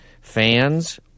fans